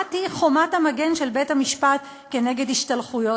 שאת תהיי חומת המגן של בית-המשפט כנגד השתלחויות